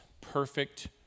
perfect